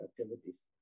activities